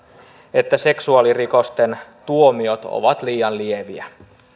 että seksuaalirikosten tuomiot ovat liian lieviä